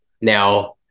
now